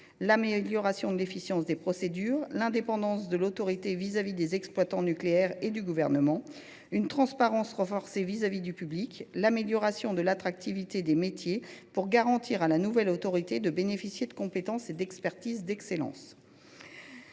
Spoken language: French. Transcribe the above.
l’amélioration de l’efficience des procédures ; l’indépendance de l’autorité vis à vis des exploitants nucléaires et du Gouvernement ; l’exigence d’une transparence renforcée vis à vis du public ; et l’amélioration de l’attractivité des métiers, pour que la nouvelle autorité bénéficie de compétences et d’une expertise d’excellence.